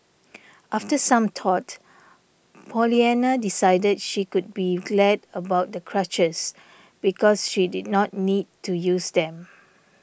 after some thought Pollyanna decided she could be glad about the crutches because she did not need to use them